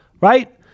right